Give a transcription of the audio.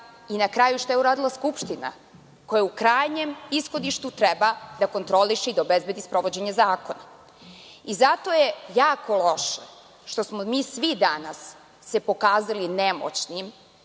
i, na kraju, šta je uradila Skupština, koja u krajnjem ishodištu treba da kontroliše i da obezbedi sprovođenje zakona. Zato je jako loše što smo se svi mi danas pokazali nemoćnim